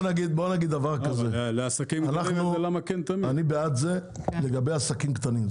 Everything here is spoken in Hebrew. --- אני בעד זה לגבי עסקים קטנים.